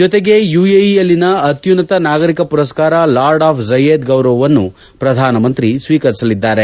ಜತೆಗೆ ಯುಎಇಯಲ್ಲಿನ ಅತ್ಯುನ್ನತ ನಾಗರಿಕ ಮರಸ್ಕಾರ ಆರ್ಡ್ರ್ ಆಫ್ ಝಾಯೆದ್ ಗೌರವವನ್ನೂ ಪ್ರಧಾನಮಂತ್ರಿ ಸ್ವೀಕರಿಸಲಿದ್ದಾರೆ